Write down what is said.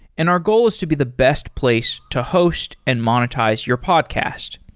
and our goal is to be the best place to host and monetize your podcast.